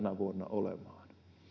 olemaan